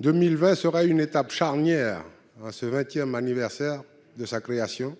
L'année 2020 sera une étape charnière : pour le vingtième anniversaire de sa création,